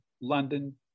London